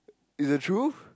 it's the truth